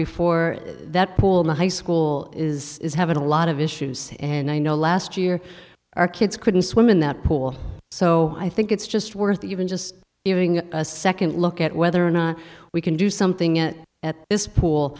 before that pool in the high school is having a lot of issues and i know last year our kids couldn't swim in that pool so i think it's just worth even just giving a second look at whether or not we can do something at this pool